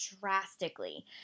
drastically